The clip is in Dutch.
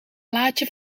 blaadje